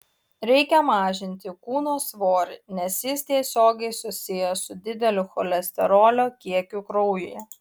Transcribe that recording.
reikia mažinti kūno svorį nes jis tiesiogiai susijęs su dideliu cholesterolio kiekiu kraujuje